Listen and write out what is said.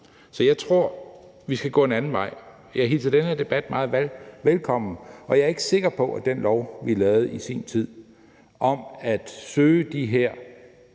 Så jeg tror, vi skal gå en anden vej. Jeg hilser den her debat meget velkommen, og jeg er ikke sikker på, at den lov, vi lavede i sin tid, om at dæmme op for